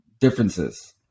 differences